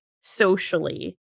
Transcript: socially